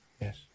Yes